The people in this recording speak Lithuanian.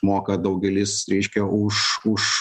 moka daugelis reiškia už už